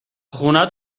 خونه